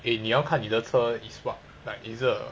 诶你要看你的车 is what like is it a